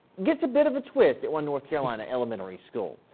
gets a bit of a twist one north carolina elementary school.